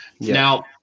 now